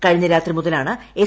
ക്ഷീഞ്ഞ രാത്രി മുതലാണ് എസ്